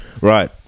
Right